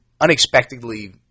unexpectedly